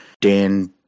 Dan